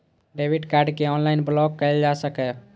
debit card कें online block कैल जा सकैए